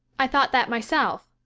i thought that myself,